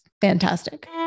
fantastic